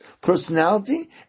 personality